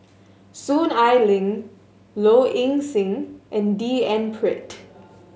Soon Ai Ling Low Ing Sing and D N Pritt